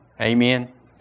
Amen